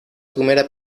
primera